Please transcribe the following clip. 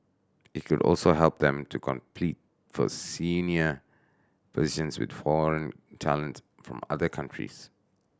it could also help them to compete for senior positions with foreign talent from other countries